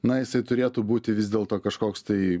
na jisai turėtų būti vis dėlto kažkoks tai